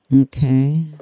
Okay